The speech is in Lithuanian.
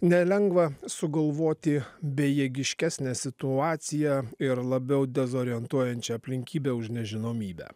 nelengva sugalvoti bejėgiškesnę situaciją ir labiau dezorientuojančią aplinkybę už nežinomybę